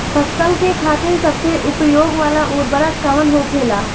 फसल के खातिन सबसे उपयोग वाला उर्वरक कवन होखेला?